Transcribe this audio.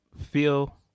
feel